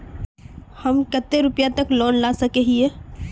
हम कते रुपया तक लोन ला सके हिये?